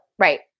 Right